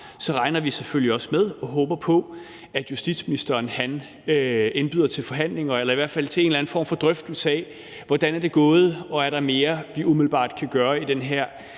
så er gået, hvilken effekt det har, at justitsministeren indbyder til forhandlinger eller i hvert fald til en eller anden form for drøftelse af, hvordan det er gået, og om der er mere, vi umiddelbart kan gøre i den her